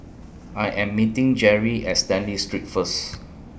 I Am meeting Jere At Stanley Street First